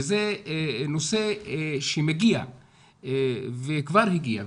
זה נושא שמגיע וכבר הגיע,